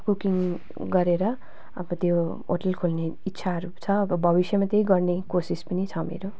अब कुकिङ गरेर अब त्यो होटल खोल्ने इच्छाहरू छ अब भविष्यमा त्यही गर्ने कोसिस पनि छ मेरो